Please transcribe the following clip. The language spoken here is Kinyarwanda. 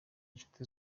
inshuti